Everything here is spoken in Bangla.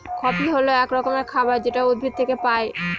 কফি হল এক রকমের খাবার যেটা উদ্ভিদ থেকে পায়